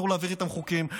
אסור להעביר איתם חוקים,